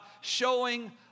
showing